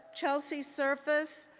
chelsea surface,